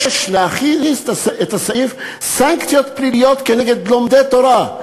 להחיל את הסעיף: סנקציות פליליות כנגד לומדי תורה.